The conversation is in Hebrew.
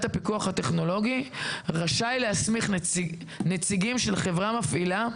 הפיקוח הטכנולוגי רשאי להסמיך נציגים של חברה מפעילה,